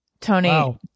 Tony